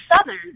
Southern